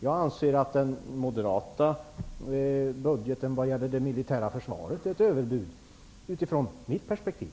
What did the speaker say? Jag anser att den moderata budgeten vad gäller det militära försvaret är ett överbud utifrån mitt perspektiv.